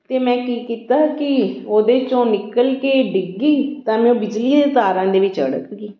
ਤੇ ਮੈਂ ਕੀ ਕੀਤਾ ਕੀ ਉਹਦੇ ਚੋਂ ਨਿਕਲ ਕੇ ਡਿੱਗੀ ਤਾਂ ਮੈਂ ਬਿਜਲੀ ਦੀਆਂ ਤਾਰਾਂ ਦੇ ਅੱੜਕ ਗਈ